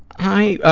i, ah,